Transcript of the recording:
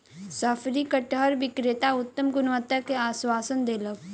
शफरी कटहर विक्रेता उत्तम गुणवत्ता के आश्वासन देलक